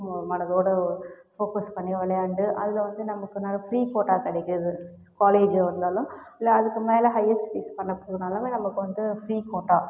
மனதோடு ஃபோக்கஸ் பண்ணி விளையாண்டு அதில் வந்து நமக்கு நிறைய ஃபிரீ கோட்டா கிடைக்குது காலேஜ்ஜு வந்தாலும் இல்லை அதுக்கு மேலே ஹயர் ஸ்டெடிஸ் பண்ண போனாலுமே நமக்கு வந்து ஃபிரீ கோட்டா